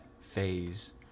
phase